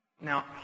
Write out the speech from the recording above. Now